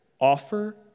Offer